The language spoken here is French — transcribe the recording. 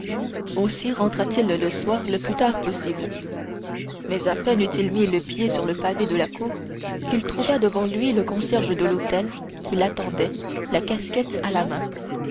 aussi rentra t il le soir le plus tard possible mais à peine eut-il mis le pied sur le pavé de la cour qu'il trouva devant lui le concierge de l'hôtel qui l'attendait la casquette à la main